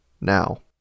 Now